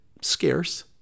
scarce